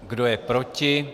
Kdo je proti?